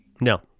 No